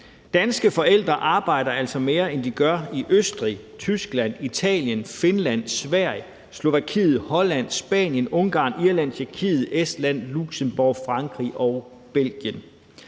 Danske forældre arbejder altså mere, end de gør i Østrig, Tyskland, Italien, Finland, Sverige, Slovakiet, Holland, Spanien, Ungarn, Irland, Tjekkiet, Estland, Luxembourg, Frankrig og Belgien.